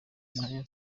n’ayo